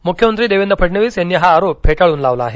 मृख्यमंत्री देवेंद्र फडणवीस यांनी हा आरोप फेटाळून लावला आहे